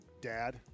dad